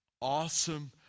awesome